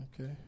Okay